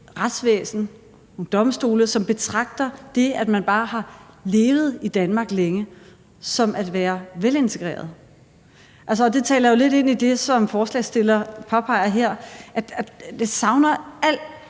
retsvæsen, nogle domstole, som betragter det sådan, at bare man har levet i Danmark længe, er man velintegreret. Det taler jo lidt ind i det, som forslagsstillerne påpeger. Og jeg savner al